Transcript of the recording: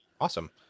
Awesome